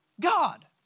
God